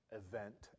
event